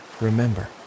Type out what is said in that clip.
remember